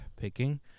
picking